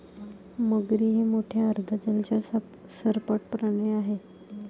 मगरी हे मोठे अर्ध जलचर सरपटणारे प्राणी आहेत